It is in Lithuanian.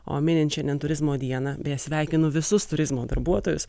o minint šiandien turizmo dieną beje sveikinu visus turizmo darbuotojus